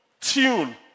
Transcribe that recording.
tune